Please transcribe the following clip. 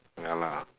ya lah